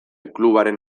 klubaren